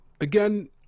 again